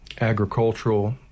agricultural